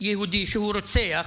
יהודי שרוצח,